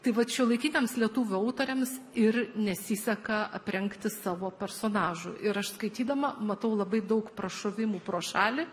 tai vat šiuolaikiniams lietuvių autoriams ir nesiseka aprengti savo personažų ir aš skaitydama matau labai daug prašovimų pro šalį